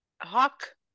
Hawk